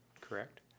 correct